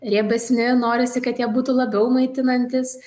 riebesni norisi kad jie būtų labiau maitinantys